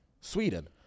Sweden